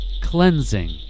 Cleansing